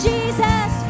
Jesus